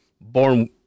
born